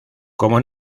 como